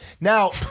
Now